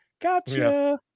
gotcha